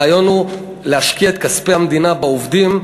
הרעיון הוא להשקיע את כספי המדינה בעובדים,